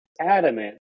adamant